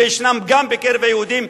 שישנם גם בקרב היהודים,